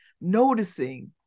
Noticing